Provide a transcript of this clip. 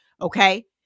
Okay